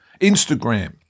Instagram